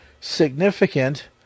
significant